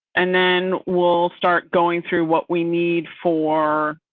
and then we'll start going through what we need for.